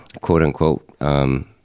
quote-unquote